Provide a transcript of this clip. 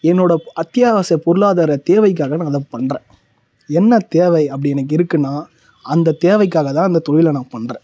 என்னோட அத்தியாவசியப் பொருளாதார தேவைக்காக நான் அதை பண்ணுறேன் என்ன தேவை அப்படி எனக்கு இருக்குன்னா அந்த தேவைக்காக தான் அந்த தொழிலை நான் பண்ணுறேன்